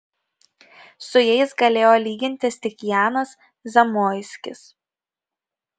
su jais galėjo lygintis tik janas zamoiskis